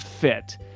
fit